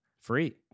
Free